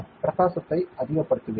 பிரகாசத்தை அதிகப்படுத்துவேன்